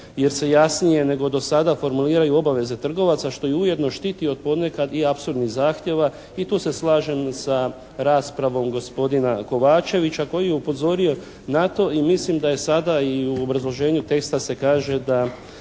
jer se jasnije nego do sada formuliraju obaveze trgovaca što ih ujedno štiti od ponekad i apsurdnih zahtjeva. I tu se slažem sa raspravom gospodina Kovačevića koji je upozorio na to i mislim da je sada i u obrazloženju teksta se kaže da